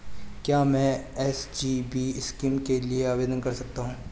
क्या मैं SGB scheme के लिए आवेदन कर सकता हूँ?